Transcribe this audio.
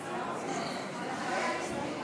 חברת הכנסת אורלי אבקסיס.